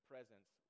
presence